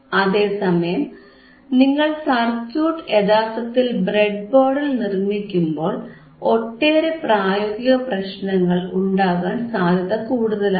അതേസമയം നിങ്ങൾ സർക്യൂട്ട് യഥാർത്ഥത്തിൽ ബ്രെഡ്ബോർഡിൽ നിർമിക്കുമ്പോൾ ഒട്ടേറെ പ്രായോഗിക പ്രശ്നങ്ങൾ ഉണ്ടാകാൻ സാധ്യത കൂടുതലാണ്